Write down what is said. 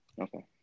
Okay